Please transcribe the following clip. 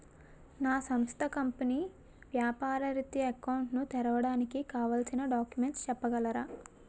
నా సంస్థ కంపెనీ వ్యాపార రిత్య అకౌంట్ ను తెరవడానికి కావాల్సిన డాక్యుమెంట్స్ చెప్పగలరా?